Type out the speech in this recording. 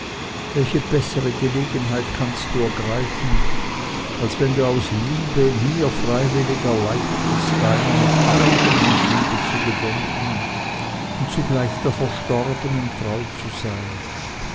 welche bessere gelegenheit kannst du ergreifen als wenn du aus liebe mir freiwillig erleichterst deiner mit achtung und liebe zu gedenken und zugleich der verstorbenen treu zu sein